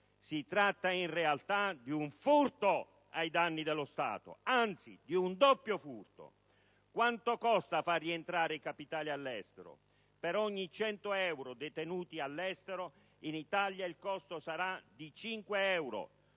Si tratta in realtà di un furto ai danni dello Stato, anzi di un doppio furto! Quanto costa far rientrare i capitali all'estero? Per ogni 100 euro detenuti all'estero, in Italia il costo sarà di 5 euro